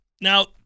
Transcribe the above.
Now